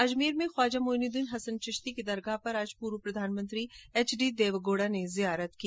अजमेर में ख्वाजा मुइनुद्दीन हसन चिश्ती की दरगाह पर आज पूर्व प्रधानमंत्री एच डी देवगौड़ा ने जियारत की